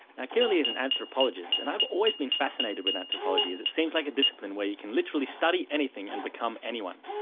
kirrilly is an anthropologist, and i've always been fascinated with anthropology as it seems like a discipline you can literally study anything and become anyone.